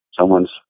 someone's